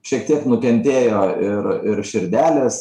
šiek tiek nukentėjo ir ir širdelės